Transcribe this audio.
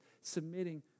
Submitting